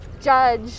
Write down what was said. judge